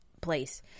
place